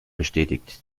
bestätigt